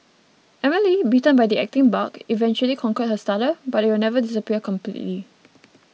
Emily bitten by the acting bug eventually conquered her stutter but it will never disappear completely